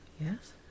yes